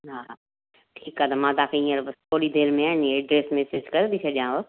हा हा ठीकु आहे त मां तव्हांखे हींअर बसि थोरी देरि में आहे न एड्रेस मैसेज करे थी छॾियांव